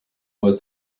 was